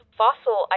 fossil